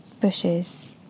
bushes